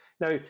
Now